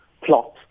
plot